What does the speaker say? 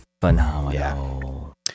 phenomenal